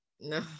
no